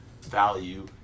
value